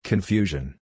Confusion